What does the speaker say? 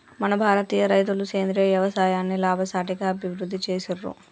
మన భారతీయ రైతులు సేంద్రీయ యవసాయాన్ని లాభసాటిగా అభివృద్ధి చేసిర్రు